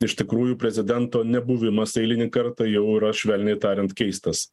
iš tikrųjų prezidento nebuvimas eilinį kartą jau yra švelniai tariant keistas